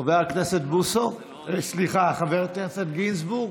חבר הכנסת בוסו, סליחה, חבר הכנסת גינזבורג.